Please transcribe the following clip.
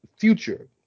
future